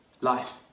life